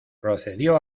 procedió